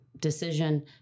decision